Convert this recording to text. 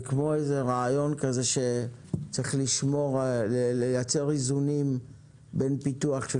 אבל זה כמו מין רעיון שצריך לייצר איזונים בין פיתוח של